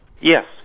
Yes